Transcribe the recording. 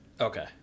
Okay